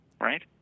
right